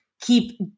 keep